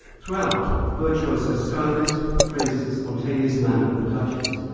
throughout, the virtuoso stylist praises the spontaneous manner of the duchess.